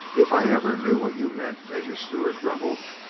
if i ever knew what you meant, major stew art grumbled,